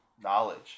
knowledge